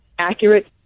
accurate